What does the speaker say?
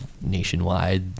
nationwide